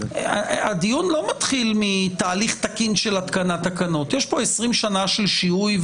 הדיון לא מתחיל מתהליך תקין של התקנת תקנות יש פה 20 שנה של שיהוי,